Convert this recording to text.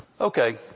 Okay